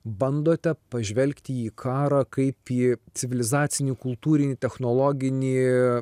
bandote pažvelgti į karą kaip į civilizacinį kultūrinį technologinį